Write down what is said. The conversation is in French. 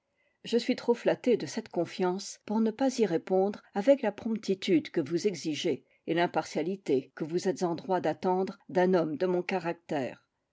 je suis trop flatté de cette confiance pour ne pas y répondre avec la promptitude que vous exigez et l'impartialité que vous êtes en droit d'attendre d'un homme de mon caractère